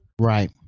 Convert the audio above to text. Right